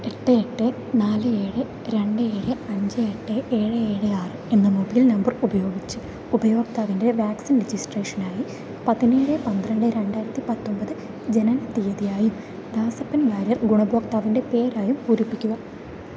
എട്ട് എട്ട് നാല് ഏഴ് രണ്ട് ഏഴ് അഞ്ച് എട്ട് ഏഴ് ഏഴ് ആറ് എന്ന മൊബൈൽ നമ്പർ ഉപയോഗിച്ച് ഉപയോക്താവിന്റെ വാക്സിൻ രജിസ്ട്രേഷനായി പതിനേഴ് പന്ത്രണ്ട് രണ്ടായിരത്തി പത്തൊമ്പത് ജനനത്തീയതിയായും ദാസപ്പൻ വാര്യർ ഗുണഭോക്താവിന്റെ പേരായും പൂരിപ്പിക്കുക